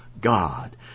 God